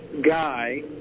guy